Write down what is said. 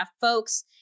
folks